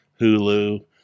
Hulu